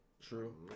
True